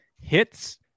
hits